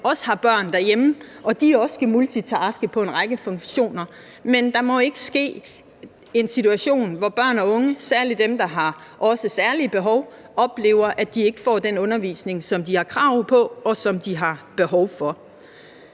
også har børn derhjemme, og at de også skal multitaske i forhold til en række funktioner. Men der må ikke opstå en situation, hvor børn og unge, særlig dem, der har særlige behov, oplever, at de ikke får den undervisning, som de har krav på, og som de har behov for.